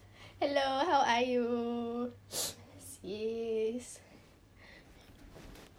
hello how are you sis